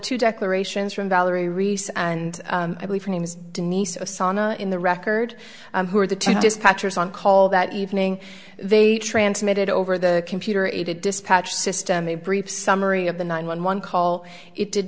two declarations from valerie reese and i believe her name is denise osama in the record who are the two dispatchers on call that evening they transmitted over the computer aided dispatch system a brief summary of the nine one one call it did